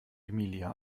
emilia